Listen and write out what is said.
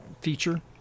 feature